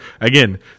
again